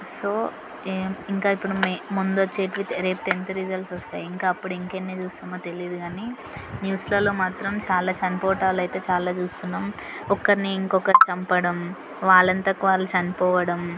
so ఈ ఇంకా ఇప్పుడు మై ముందు వచ్చేవి రేపు టెన్త్ రిజల్ట్స్ వస్తాయి ఇంకా అప్పుడు ఇంకెన్ని చూస్తామో తెలియదు కానీ న్యూస్లల్లో మాత్రం చాలా చనిపోవటాలైతే చాలా చూస్తున్నాం ఒకరిని ఇంకొకరు చంపడం వాళ్ళంతకు వాళ్ళు చనిపోవడం